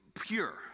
pure